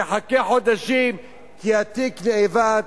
תחכה חודשים כי התיק אבד,